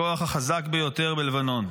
הכוח החזק ביותר בלבנון.